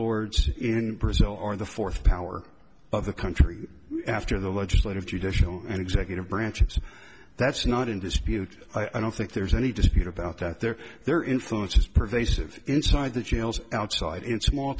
lords in brazil are the fourth power of the country after the legislative judicial and executive branches that's not in dispute i don't think there's any dispute about that there their influence is pervasive inside the jails outside in small